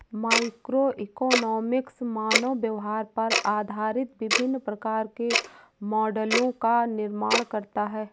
microeconomics मानव व्यवहार पर आधारित विभिन्न प्रकार के मॉडलों का निर्माण करता है